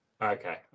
Okay